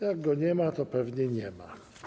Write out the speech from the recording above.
Jak go nie ma, to pewnie nie ma.